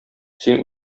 син